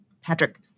Patrick